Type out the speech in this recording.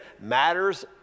matters